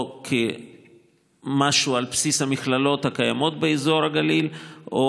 או כמשהו על בסיס המכללות הקיימות באזור הגליל או